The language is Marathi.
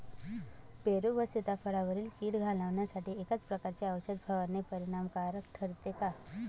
पेरू व सीताफळावरील कीड घालवण्यासाठी एकाच प्रकारची औषध फवारणी परिणामकारक ठरते का?